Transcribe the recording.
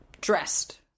dressed